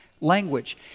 language